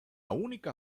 única